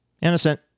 Innocent